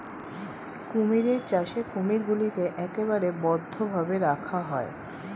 কুমির চাষে কুমিরগুলোকে একেবারে বদ্ধ ভাবে রাখা হয়